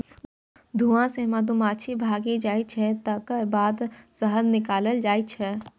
धुआं सं मधुमाछी भागि जाइ छै, तकर बाद शहद निकालल जाइ छै